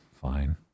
fine